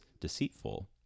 deceitful